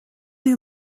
you